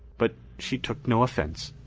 but she took no offense.